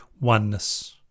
oneness